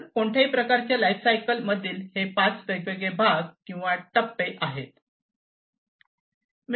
तर कोणत्याही उत्पादनाच्या लाइफसायकल मधील हे वेगवेगळे पाच भाग किंवा टप्पे आहेत